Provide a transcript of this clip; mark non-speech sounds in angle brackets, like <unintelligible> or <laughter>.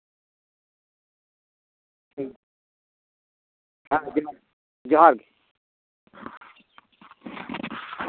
<unintelligible> ᱦᱮᱸ ᱦᱮᱸ ᱡᱚᱦᱟᱨ ᱜᱮ